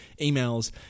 emails